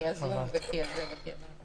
כי הזום וכי הזה וכי הזה.